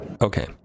Okay